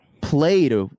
played